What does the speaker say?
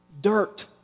Dirt